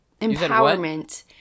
Empowerment